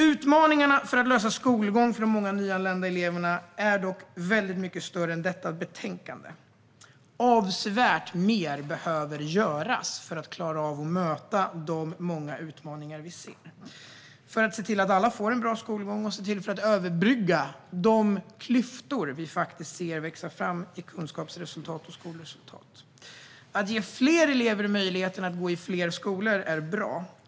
Utmaningarna för att lösa skolgången för de många nyanlända eleverna är dock mycket större än vad som framgår av detta betänkande. Avsevärt mycket mer behöver göras för att vi ska klara av att möta de många utmaningar som vi ser för att se till att alla får en bra skolgång och för att se till att överbrygga de klyftor som vi faktiskt ser växa fram i fråga om kunskapsresultat och skolresultat. Att ge fler elever möjlighet att gå i olika skolor är bra.